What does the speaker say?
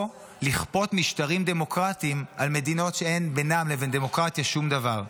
לכפות משטרים דמוקרטיים על מדינות שאין בינן לבין דמוקרטיה שום דבר.